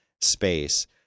space